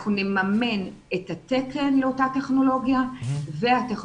אנחנו נממן את התקן לאותה טכנולוגיה והטכנולוגיה